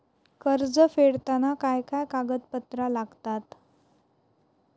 कर्ज फेडताना काय काय कागदपत्रा लागतात?